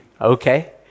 Okay